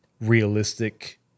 realistic